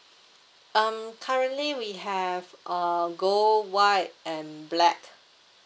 um currently we have uh gold white and black